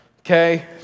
okay